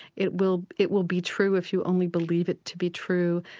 it will it will be true if you only believe it to be true.